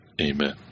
Amen